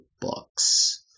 books